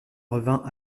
revint